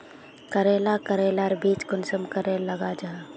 करेला करेलार बीज कुंसम करे लगा जाहा?